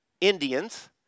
Indians